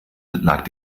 lag